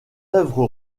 œuvre